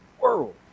world